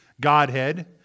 Godhead